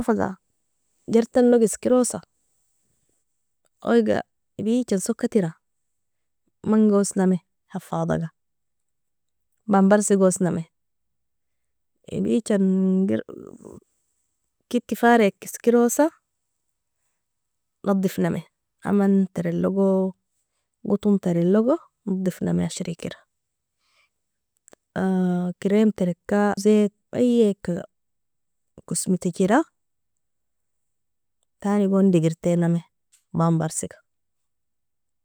Shafaga jertanog iskirosa, oiga ibichan sokatira manga wosname hafadhaga bambarsi gwosname, Ibichan inger keti farika iskirosa nadifname, aman terelogo goton terelogo nadifname ashirikira, kirem tereka zeit ayeka kosmitjira tanigon dagirtinami bambarsiga.